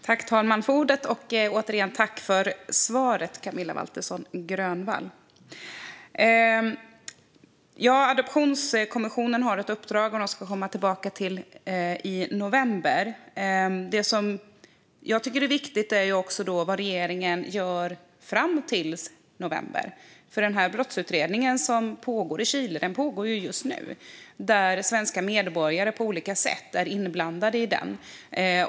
Fru talman! Jag tackar återigen Camilla Waltersson Grönvall för svaret. Adoptionskommissionen har ett uppdrag och ska komma med sitt resultat i november. Jag tycker att det som regeringen gör fram till november också är viktigt. Brottsutredningen i Chile pågår ju just nu. Svenska medborgare är på olika sätt inblandade i den.